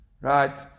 Right